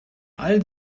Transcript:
all